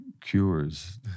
cures